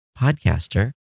podcaster